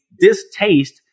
distaste